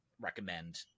recommend